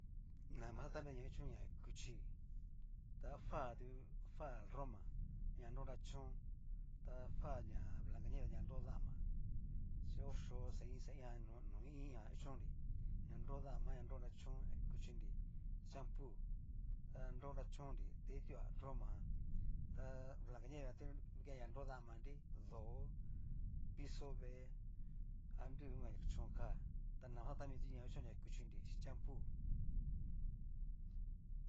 Nama xan tami kuchoin ña na kuchí, ta fa tu fa roma ña nro nrachón ta dfa ná blaca nieve jan nro dama, xi ho xó xain xain'a no i iin'a kuchonnri, ña nro dama, ña nro nrachón na kuchinri, champoo ta na no nrachón nri nida itua roma jan, ta blaca nieve jan tu kenri na nro damanri, dó, pizo, vée, anrudu inka chón ka, ta nama xan tami kuchonri na kuchinri xin chanpoo.